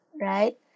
right